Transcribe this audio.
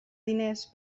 diners